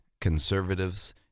conservatives